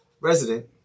resident